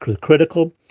critical